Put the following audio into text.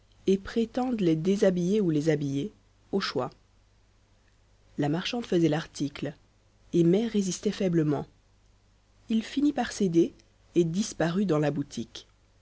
et prétendent les déshabiller ou les habiller au choix la marchande faisait l'article et mai résistait faiblement il finit par céder et disparut dans la boutique